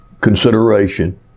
consideration